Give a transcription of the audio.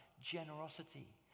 generosity